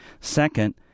Second